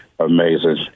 Amazing